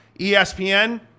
ESPN